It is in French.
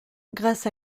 grâce